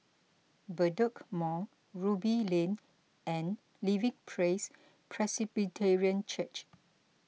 Bedok Mall Ruby Lane and Living Praise Presbyterian Church